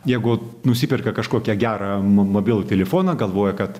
jeigu nusiperka kažkokią gerą mo mobilų telefoną galvoja kad